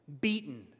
beaten